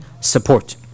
support